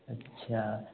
अच्छा